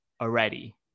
already